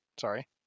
sorry